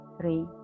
three